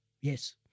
yes